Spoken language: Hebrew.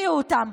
הרגיעו אותם,